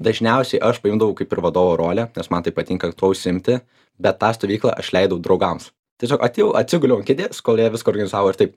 dažniausiai aš paimdavau kaip ir vadovo rolę nes man tai patinka tuo užsiimti bet tą stovyklą aš leidau draugams tiesiog atėjau atsiguliau ant kėdės kol jie viską organizavo ir taip